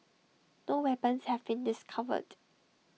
no weapons have been discovered